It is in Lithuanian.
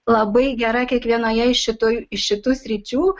labai gera kiekvienoje iš šitoj iš šitų sričių